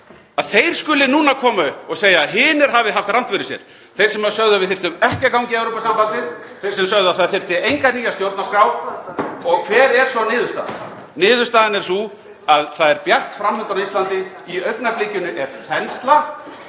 að þeir skuli núna koma upp og segja að hinir hafi haft rangt fyrir sér, þ.e. þeir sem sögðu að við þyrftum ekki að ganga í Evrópusambandið, þeir sem sögðu að það þyrfti enga nýja stjórnarskrá. Og hver er svo niðurstaðan? Niðurstaðan er sú að það er bjart fram undan á Íslandi. Í augnablikinu er þensla.